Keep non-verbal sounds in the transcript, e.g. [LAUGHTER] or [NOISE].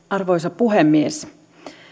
[UNINTELLIGIBLE] arvoisa puhemies